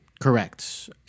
Correct